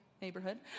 neighborhood